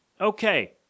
Okay